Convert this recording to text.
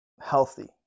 healthy